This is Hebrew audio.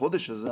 בחודש הזה,